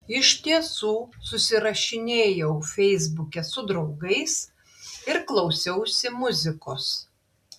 iš tiesų susirašinėjau feisbuke su draugais ir klausiausi muzikos